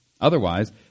Otherwise